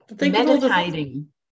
meditating